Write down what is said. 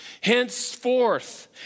Henceforth